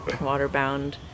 Waterbound